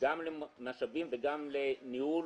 גם למשאבים וגם לניהול.